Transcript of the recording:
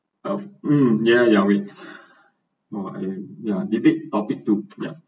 mm ya no I ya debate topic two ya